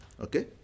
Okay